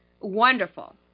wonderful